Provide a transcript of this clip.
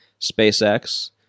SpaceX